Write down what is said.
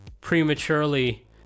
prematurely